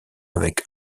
avec